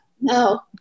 No